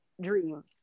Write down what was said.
Dream